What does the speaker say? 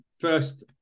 first